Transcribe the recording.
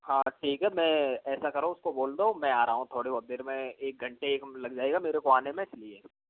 हाँ ठीक में ऐसा करो उसको बोल दो मैं आ रहा हूँ थोड़ी बहुत देर में एक घंटे लग जाऐगा मेरे को आने में इसलिए